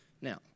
Now